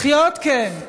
לחיות, כן,